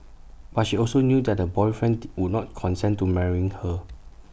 but she also knew that the boyfriend would not consent to marrying her